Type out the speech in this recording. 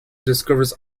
discovers